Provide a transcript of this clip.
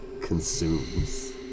Consumes